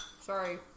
Sorry